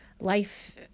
Life